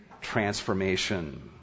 transformation